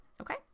okay